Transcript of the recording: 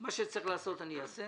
מה שצריך לעשות אני אעשה,